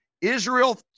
Israel